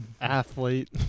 Athlete